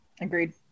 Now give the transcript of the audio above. Agreed